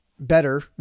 better